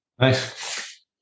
Nice